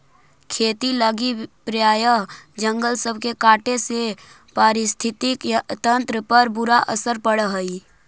खेती लागी प्रायह जंगल सब के काटे से पारिस्थितिकी तंत्र पर बुरा असर पड़ हई